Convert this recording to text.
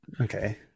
okay